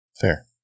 Fair